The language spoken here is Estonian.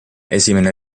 esimene